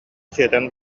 сиэтэн